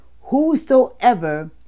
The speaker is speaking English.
Whosoever